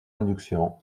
induction